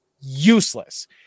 useless